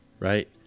Right